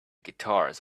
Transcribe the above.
guitars